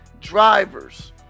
drivers